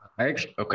Okay